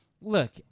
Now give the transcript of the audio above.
Look